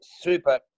super